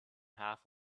half